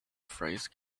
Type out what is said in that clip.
phrase